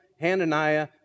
Hananiah